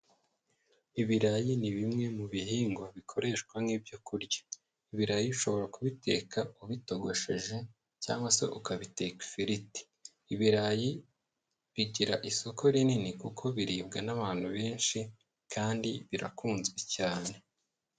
Ibirayi ni bimwe mu bihingwa bikoreshwa nk'ibyo kurya, ibirayi ushobora kubiteka ubitogosheje cyangwa se ukabiteka ifiriti, ibirayi bigira isoko rinini kuko biribwa n'abantu benshi kandi birakunzwe cyane.